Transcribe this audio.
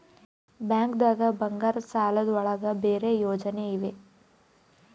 ಬ್ಯಾಂಕ್ದಾಗ ಬಂಗಾರದ್ ಸಾಲದ್ ಒಳಗ್ ಬೇರೆ ಯೋಜನೆ ಇವೆ?